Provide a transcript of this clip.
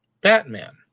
Batman